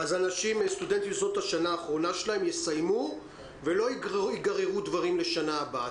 אז סטודנטים שזאת השנה האחרונה שלהם יסיימו ולא ייגררו דברים לשנה הבאה.